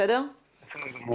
בסדר גמור.